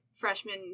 Freshman